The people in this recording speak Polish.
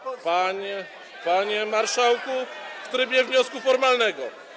Panie marszałku... [[Poruszenie na sali]] ...w trybie wniosku formalnego.